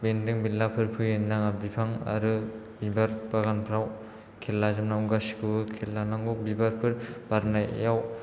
बेनदों बेनलाफोर फैहोनाङा बिफां आरो बिबार बागानफ्राव खेल लाजोबनांगौ गासिखौबो खेल लानांगौ बिबारफोर बारनायाव